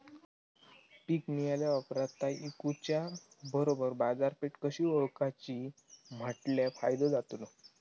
पीक मिळाल्या ऑप्रात ता इकुच्या बरोबर बाजारपेठ कशी ओळखाची म्हटल्या फायदो जातलो?